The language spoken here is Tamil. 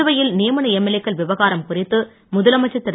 புதுவையில் நியமன எம்எல்ஏக்கள் விவகாரம் குறித்து முதலமைச்சர் திரு